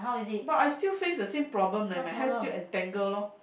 but I still face the same problem leh my hair still entangle lor